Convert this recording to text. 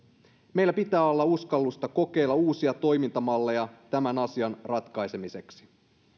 meillä pitää olla uskallusta kokeilla uusia toimintamalleja tämän asian ratkaisemiseksi